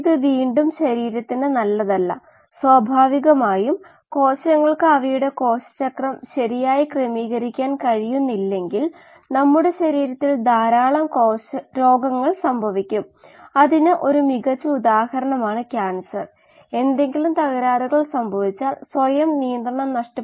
v ഒരു സ്ഥിരമല്ല എല്ലാം അവിടെത്തന്നെയുണ്ട് dvdt ഒഴികെ ബാക്കിയുള്ളവ നമുക്ക് കൈകാര്യം ചെയ്യാൻ പറ്റും അത് ചെയ്യുന്നതിന് നമുക്ക് ബയോറിയാക്റ്റർ ബ്രോത്തിന്റെ മൊത്തം മാസ്സ് ബാലൻസ് നോക്കാം